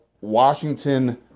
Washington